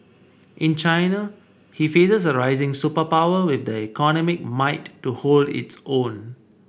in China he faces a rising superpower with the economic might to hold its own